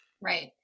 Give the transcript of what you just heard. right